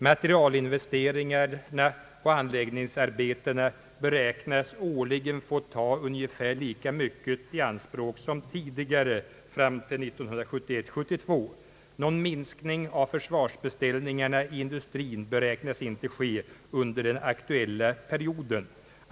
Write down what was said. Materialinvesteringarna och =<anläggningsarbetena beräknas årligen få ta ungefär lika mycket i anspråk som tidigare fram till 1971/72. Någon minskning av försvarsbeställningar i industrin beräknas inte ske under den aktuella perioden.